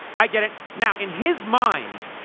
i get it. now, in his mind,